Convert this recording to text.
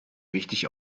wichtig